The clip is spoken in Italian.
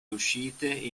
uscite